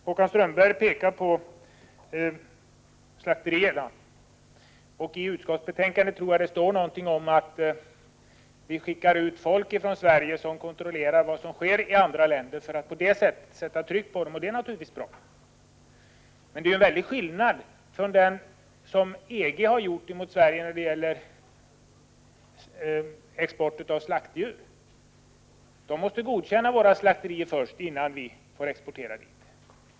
Håkan Strömberg pekar på slakterierna, och jag tror att det står någonting i utskottsbetänkandet om att vi skickar ut folk från Sverige som kontrollerar vad som sker i andra länder för att på det sättet sätta tryck på dem. Det är naturligtvis bra. Men det är en väldig skillnad i förhållande till vad EG har gjort mot Sverige när det gäller export av slaktdjur. EG-länderna måste godkänna våra slakterier innan vi får exportera dit.